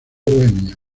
bohemia